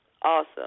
awesome